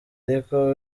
ariko